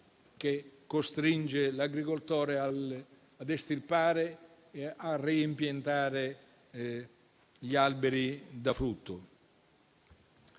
che costringe l'agricoltore a estirpare e a reimpiantare gli alberi da frutto.